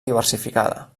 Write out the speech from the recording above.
diversificada